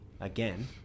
again